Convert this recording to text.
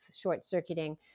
short-circuiting